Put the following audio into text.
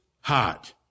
hot